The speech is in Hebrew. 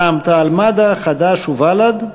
של רע"ם-תע"ל-מד"ע, חד"ש ובל"ד.